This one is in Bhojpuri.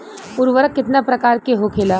उर्वरक कितना प्रकार के होखेला?